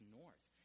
north